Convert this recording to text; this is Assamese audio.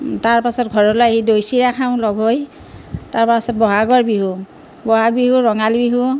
তাৰপাছত ঘৰলৈ আহি দৈ চিৰা খাওঁ লগ হৈ তাৰপাছত বহাগৰ বিহু বহাগ বিহু ৰঙালী বিহু